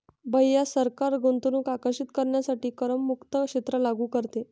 भैया सरकार गुंतवणूक आकर्षित करण्यासाठी करमुक्त क्षेत्र लागू करते